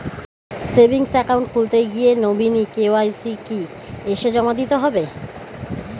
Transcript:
Savings account খুলতে গিয়ে nominee KYC কি এসে জমা দিতে হবে?